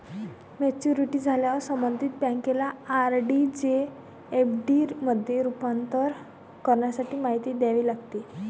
maturity झाल्यावर संबंधित बँकेला आर.डी चे एफ.डी मध्ये रूपांतर करण्यासाठी माहिती द्यावी लागते